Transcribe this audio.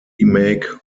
remake